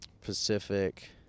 Pacific